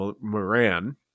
moran